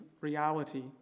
reality